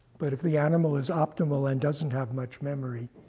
but if the animal is optimal and doesn't have much memory,